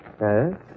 Yes